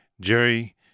Jerry